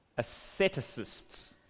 asceticists